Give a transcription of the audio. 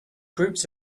groups